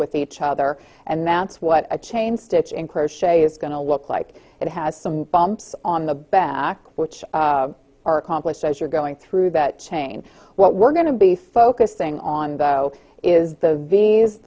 with each other and that's what a chain stitch in crochet is going to look like it has some bumps on the back which are accomplished as you're going through that chain what we're going to be focusing on though is the v